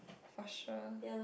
for sure